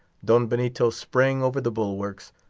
don benito sprang over the bulwarks,